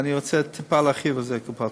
אנחנו, או: המשטרה רוצה מאוד לפתוח בחקירות ולהביא